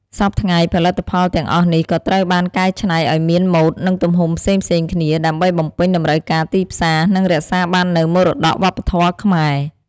សព្វថ្ងៃ ផលិតផលទាំងអស់នេះក៏ត្រូវបានកែច្នៃឱ្យមានម៉ូដ និងទំហំផ្សេងៗគ្នា ដើម្បីបំពេញតម្រូវការទីផ្សារ និងរក្សាបាននូវមរតកវប្បធម៌ខ្មែរ។